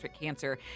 cancer